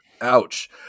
ouch